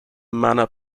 manor